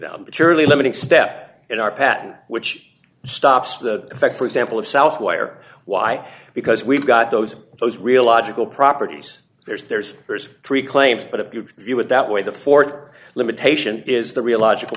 that surely limiting step in our pattern which stops the effect for example of south where why because we've got those those real logical properties there's there's there's three claims but it gives you with that way the fort limitation is the real logical